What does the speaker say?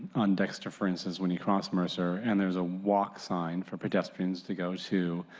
on dexter for instance when you cross mercer. and there is a walk sign for pedestrians to go too.